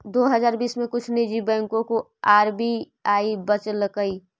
दो हजार बीस में कुछ निजी बैंकों को आर.बी.आई बचलकइ